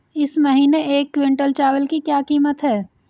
इस महीने एक क्विंटल चावल की क्या कीमत है?